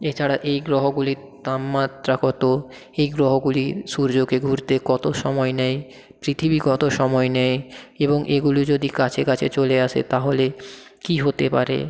এছাড়া এই গ্রহগুলির তাপমাত্রা কত এই গ্রহগুলি সূর্যকে ঘুরতে কত সময় নেয় পৃথিবী কত সময় নেয় এবং এগুলি যদি কাছে কাছে চলে আসে তাহলে কী হতে পারে